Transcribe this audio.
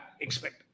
expect